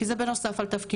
כי זה בנוסף על תפקידה,